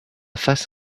face